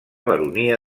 baronia